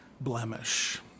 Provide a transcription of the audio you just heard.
blemish